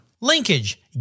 Linkage